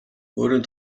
өөрийн